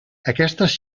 aquestes